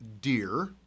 deer